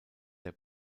der